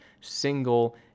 single